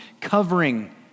covering